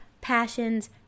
passions